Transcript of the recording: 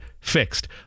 fixed